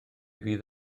fydd